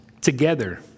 together